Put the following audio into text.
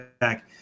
back